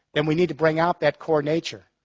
then we need to bring out that core nature,